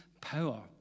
power